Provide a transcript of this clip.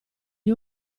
gli